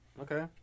Okay